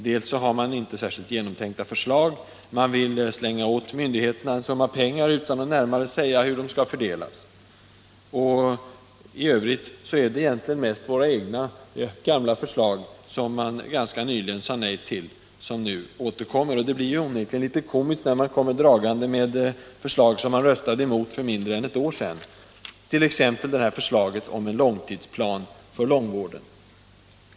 Man har inte särskilt genomtänkta förslag, man vill slänga åt myndigheterna en summa pengar utan att närmare säga hur de skall fördelas. I övrigt är det egentligen mest våra egna gamla förslag, som socialdemokraterna ganska nyligen sade nej till. Det blir onekligen litet komiskt när oppositionen nu kommer dragande med förslag som de röstade emot för mindre än ett år sedan, t.ex. förslaget om en långtidsplan för långvården.